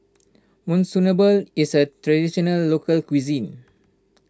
Monsunabe is a Traditional Local Cuisine